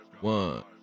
one